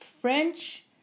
French